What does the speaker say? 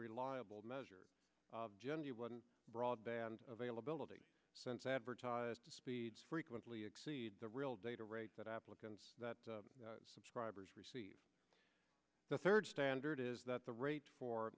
reliable measure of genuine broadband availability since advertised speeds frequently exceed the real data rate that applicants that subscribers receive the third standard is that the rate for